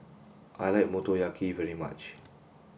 I like Motoyaki very much